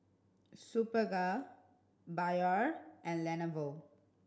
Superga Biore and Lenovo